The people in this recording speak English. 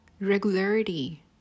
Regularity